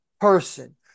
person